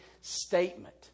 statement